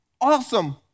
awesome